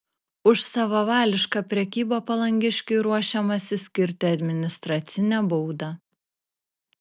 už savavališką prekybą palangiškiui ruošiamasi skirti administracinę baudą